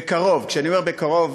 בקרוב, כשאני אומר בקרוב,